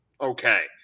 okay